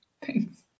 Thanks